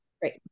Great